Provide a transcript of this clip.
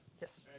Yes